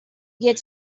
get